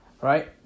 right